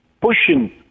pushing